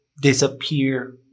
disappear